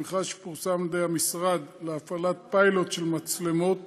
שפורסם במשרד להפעלת פיילוט של מצלמות